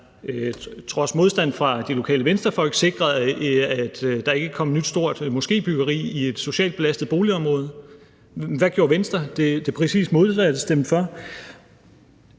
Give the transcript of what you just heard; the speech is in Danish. trods modstand fra de lokale venstrefolk sikrede, at der ikke kom et nyt stort moskébyggeri i et socialt belastet boligområde. Hvad gjorde Venstre? Det præcis modsatte: stemte for.